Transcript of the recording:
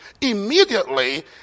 Immediately